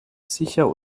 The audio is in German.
sicher